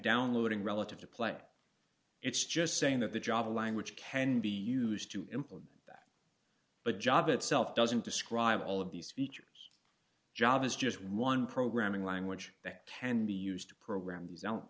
downloading relative to play it's just saying that the java language can be used to implement them but job itself doesn't describe all of these features job is just one programming language that can be used to program